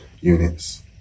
units